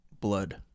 blood